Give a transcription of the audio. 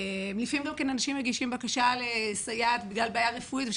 לפעמים אנשים מגישים בקשה לסייעת בגלל בעיה רפואית,